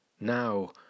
Now